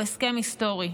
זה הסכם היסטורי.